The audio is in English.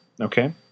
Okay